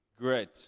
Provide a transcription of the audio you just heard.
Great